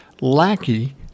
lackey